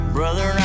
Brother